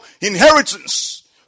inheritance